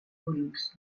ulls